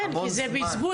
כן, כי זה בזבוז.